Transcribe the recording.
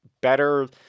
better